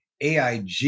AIG